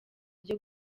ryo